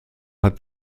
hat